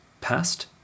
Past